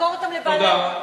למכור אותם לבעלי הון,